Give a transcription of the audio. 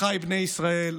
אחיי בני ישראל!